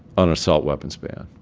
an assault weapons ban.